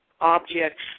objects